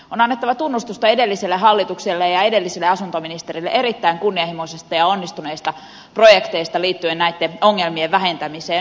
on annettava tunnustusta edelliselle hallitukselle ja edelliselle asuntoministerille erittäin kunnianhimoisista ja onnistuneista projekteista liittyen näitten ongelmien vähentämiseen